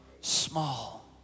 small